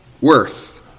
worth